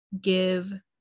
give